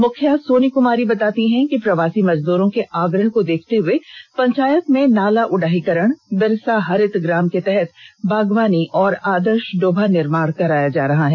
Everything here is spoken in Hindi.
मुखिया सोनी क्मारी बताती हैं कि प्रवासी मजदूरो के आग्रह को देखते हुए पंचायत में नाला उडाहीकरन बिरसा हरित ग्राम के तहत बागवानी एवं आदर्श डोभा निर्माण कराया जा रहा है